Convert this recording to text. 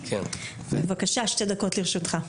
שתי דקות לרשותך,